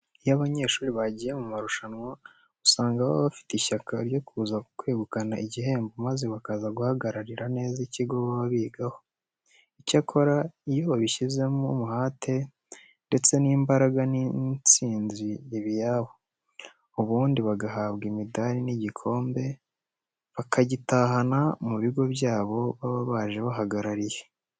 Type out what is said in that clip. Iyo abanyeshuri bagiye mu marushanwa usanga baba bafite ishyaka ryo kuza kwegukana igihembo maze bagahagararira neza ikigo baba bigaho. Icyakora iyo babishizemo umuhate ndetse n'imbaraga insinzi iba iyabo, ubundi bagahabwa imidari n'igikombe bakagitahana mu bigo byabo baba baje bahagarariye.